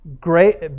Great